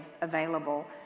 available